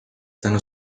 tänu